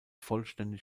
vollständig